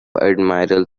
admiral